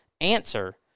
answer